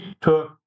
took